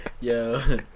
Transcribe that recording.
yo